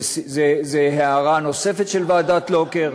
זו הערה נוספת של ועדת לוקר.